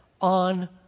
on